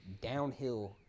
downhill